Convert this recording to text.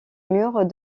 murs